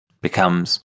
Becomes